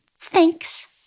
Thanks